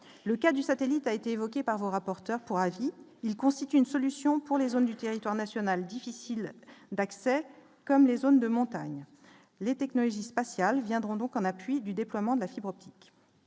le cas du satellite a été évoqué par vos rapporteur pour avis, il constitue une solution pour les zones du territoire national, difficiles d'accès comme les zones de montagne, les technologies spatiales viendront donc en appui du déploiement de la fibre optique.